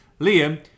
Liam